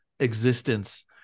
existence